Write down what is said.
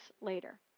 later